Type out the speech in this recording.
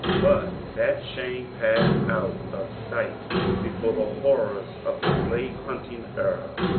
but that shame passed out of sight before the horrors of the slave-hunting era.